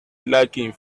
lacking